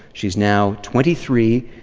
she's now twenty three.